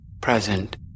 present